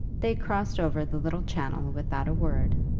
they crossed over the little channel without a word,